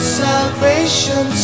salvation